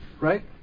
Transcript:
Right